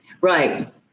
Right